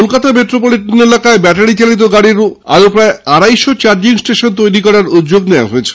Kolkata metropolitan এলাকায় ব্যাটারিচালিত গাড়ির আরও প্রায় আড়াইশো চার্জিং স্টেশন তৈরি করার উদ্যোগ নেওয়া হয়েছে